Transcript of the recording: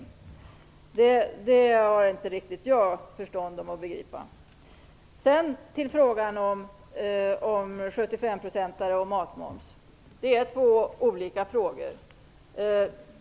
Det har jag inte förstånd nog att begripa. Så till frågan om 75-procentare och matmoms. Det är två olika frågor.